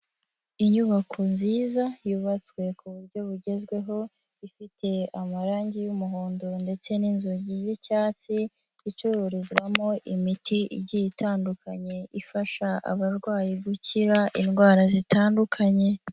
Inyubako nziza yubatswe ku buryo bugezweho ifite amarange y'umuhondo ndetse n'inzugi z'icyatsi, icuzwamo imiti igiye itandukanye ifasha abarwayi gukira indwara zitandukanye.